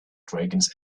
dragons